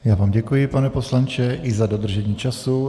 Já vám děkuji, pane poslanče, i za dodržení času.